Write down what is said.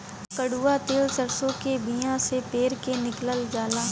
कड़ुआ तेल सरसों के बिया से पेर के निकालल जाला